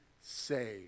saved